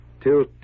Till